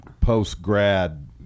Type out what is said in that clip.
post-grad